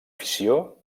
fissió